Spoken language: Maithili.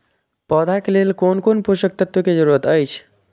पौधा के लेल कोन कोन पोषक तत्व के जरूरत अइछ?